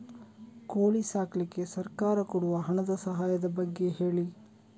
ಕೋಳಿ ಸಾಕ್ಲಿಕ್ಕೆ ಸರ್ಕಾರ ಕೊಡುವ ಹಣದ ಸಹಾಯದ ಬಗ್ಗೆ ಹೇಳಿ